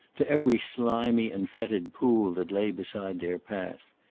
to every slimy and fetid pool that lay beside their path.